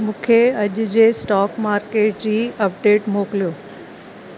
मूंखे अॼु जे स्टॉक मार्केट जी अपडेट मोकिलियो